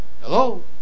Hello